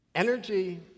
Energy